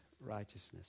righteousness